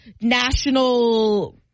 national